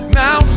now